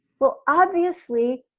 well, obviously,